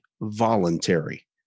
voluntary